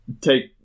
Take